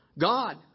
God